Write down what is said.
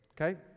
Okay